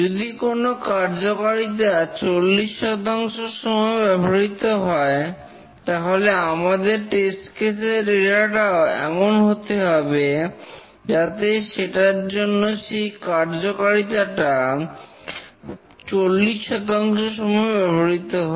যদি কোন কার্যকারিতা 40 শতাংশ সময় ব্যবহৃত হয় তাহলে আমাদের টেস্ট কেস এর ডেটা টাও এমন হতে হবে যাতে সেটার জন্য সেই কার্যকারিতাটা 40 শতাংশ সময় ব্যবহৃত হয়